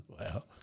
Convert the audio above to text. Wow